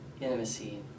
intimacy